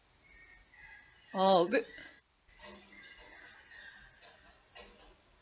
oh good